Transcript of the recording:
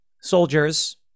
soldiers